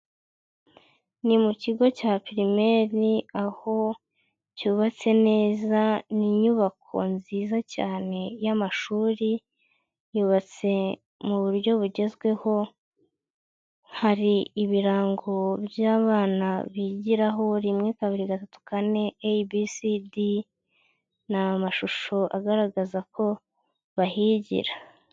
Ni mu kigo cya primaire aho byubatse neza, ni inyubako nziza cyane y'amashuri, yubatse mu buryo bugezweho, hari ibirango by'abana bigiraho rimwe, kabiri, gatu, kane, a b c d n' amashusho agaragaza ko bahigira.